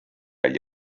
agli